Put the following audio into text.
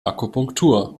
akupunktur